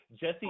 Jesse